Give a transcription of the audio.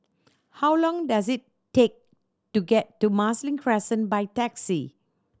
how long does it take to get to Marsiling Crescent by taxi